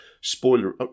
spoiler